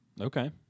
Okay